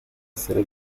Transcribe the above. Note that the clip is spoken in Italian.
essere